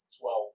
Twelve